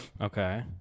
Okay